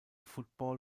football